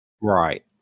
Right